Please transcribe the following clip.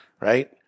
right